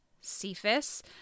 Cephas